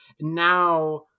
now